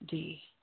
जी